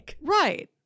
Right